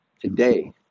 today